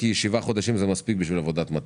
כי שבעה חודשים זה מספיק בשביל עבודת מטה.